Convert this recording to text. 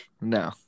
No